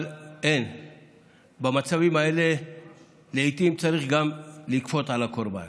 אבל במצבים האלה לעיתים צריך גם לכפות על הקורבן,